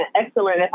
excellent